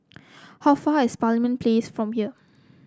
how far is Parliament Place from here